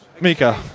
Mika